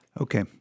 Okay